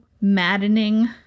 maddening